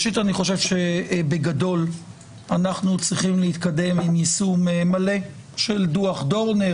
אני חושב שבגדול אנחנו צריכים להתקדם עם יישום מלא של דוח דורנר.